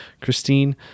Christine